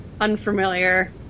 unfamiliar